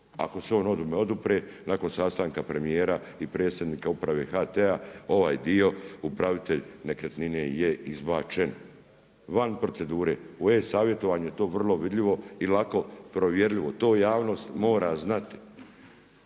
ako se on ovome odupre nakon sastanka premijera i Predsjednika Uprave HT-a, ovaj dio upravitelj nekretnine je izbačen. Van procedure. U e-savjetovanju je to vrlo vidljivo i lako provjerljivo. To javnost mora znati.